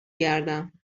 گردم